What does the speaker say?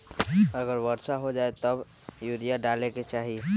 अगर वर्षा हो जाए तब यूरिया डाले के चाहि?